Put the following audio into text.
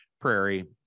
prairie